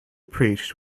preached